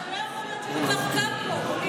אבל זה לא יכול להיות שכל כך קר פה.